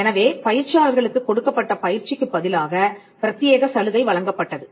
எனவே பயிற்சியாளர்களுக்குக் கொடுக்கப்பட்ட பயிற்சிக்குப் பதிலாக பிரத்தியேக சலுகை வழங்கப்பட்டது